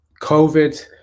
COVID